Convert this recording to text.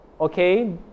okay